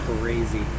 crazy